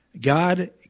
God